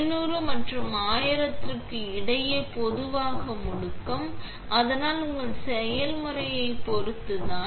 500 மற்றும் 1000 க்கு இடையே பொதுவாக முடுக்கம் ஆனால் உங்கள் செயல்முறையைப் பொறுத்து தான்